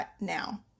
now